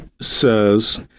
says